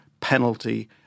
penalty